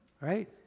Right